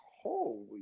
Holy